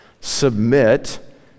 Submit